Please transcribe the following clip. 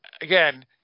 again